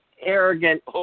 arrogant